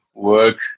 work